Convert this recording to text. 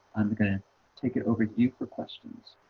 i'm gonna take it over you for questions.